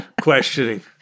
questioning